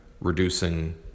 reducing